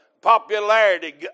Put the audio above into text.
popularity